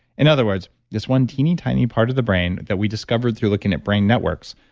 in other words, this one teeny, tiny part of the brain that we discovered through looking at brain networks,